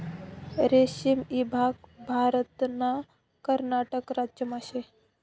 रेशीम ईभाग भारतना कर्नाटक राज्यमा शे